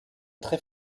très